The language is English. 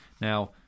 Now